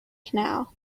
canal